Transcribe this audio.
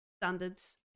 standards